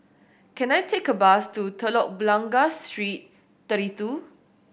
can I take a bus to Telok Blangah Street Thirty Two